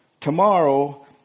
Tomorrow